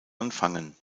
anfangen